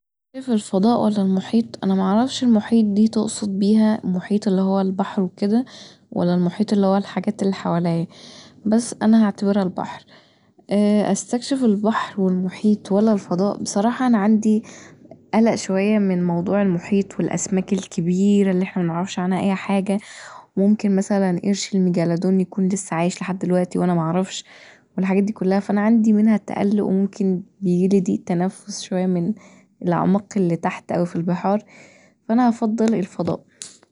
اسافر الفضاء ولا المحيط انا معرفش المحيط دي تقصد بيها المحيط اللي هو البحر وكدا ولا تقصد بيها المحيط اللي هو الحاجات اللي حواليا بس انا هعتبرها البحر استكشف البحر والمحيط ولا الفضاء بصراحه انا عندي قلق شويه من موضوع المحيط والاسماك الكبيرة اللي احنا منعرفش عنها اي حاجه وممكن مثلا قرش المجالدون يكون لسه عايش لحد دلوقتي وانا معرفش والحاجات دي كلها فأنا عندي منها تقلق وممكن يجيلي ضيق تنفس شوية من الاعماق اللي تحت اوي في البحار فأنا هفضل الفضاء